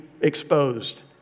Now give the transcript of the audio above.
exposed